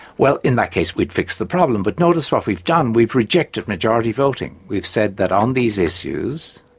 well, in that case we'd fix the problem, but notice what we've done, we've rejected majority voting. we've said that on these issues,